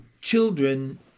children